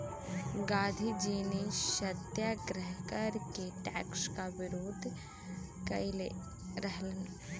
गांधीजी ने सत्याग्रह करके टैक्स क विरोध कइले रहलन